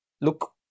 look